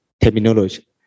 terminology